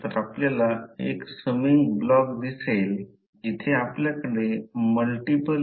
तर प्रत्येक फ्लक्समध्ये H प्रत्यक्षात टॅनजेन्शियल आणि युनिफॉर्म असतो